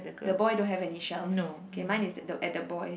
the boy don't have any shells K mine is at the boy